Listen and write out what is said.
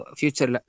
future